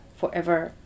forever